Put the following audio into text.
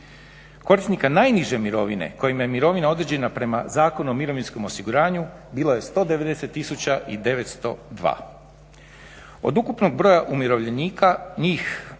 Korisnika najniže mirovine kojima je mirovina određena prema Zakonu o mirovinskom osiguranju bilo je 190 tisuća i 902. Od ukupnog broja umirovljenika njih